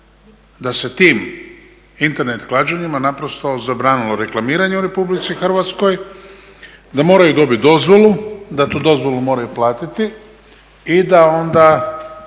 da se tim Internet klađenjima zabranilo reklamiranje u RH, da moraju dobiti dozvolu, da tu dozvolu moraju platiti i da onda